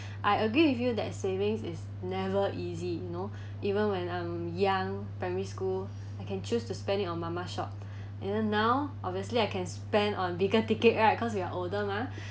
I agree with you that savings is never easy you know even when I'm young primary school I can choose to spend it on mama shop and now obviously I can spend on bigger ticket right cause we are older mah